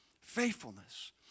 Faithfulness